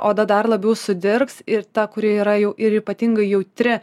oda dar labiau sudirgs ir ta kuri yra jau ir ypatingai jautri